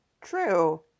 True